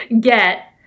get